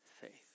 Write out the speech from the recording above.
faith